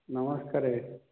ନମସ୍କାର